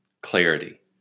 clarity